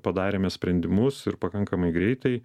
padarėme sprendimus ir pakankamai greitai